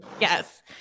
Yes